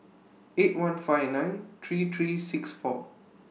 eight one five nine three three six four